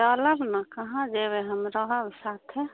चलब ने काहाँ जेबै हम रहब साथे